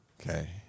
Okay